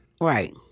Right